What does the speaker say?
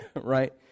right